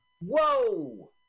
Whoa